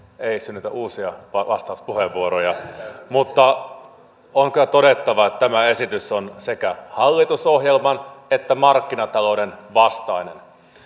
ei synnytä uusia vastauspuheenvuoroja mutta on kyllä todettava että tämä esitys on sekä hallitusohjelman että markkinatalouden vastainen